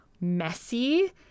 messy